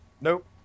Nope